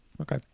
Okay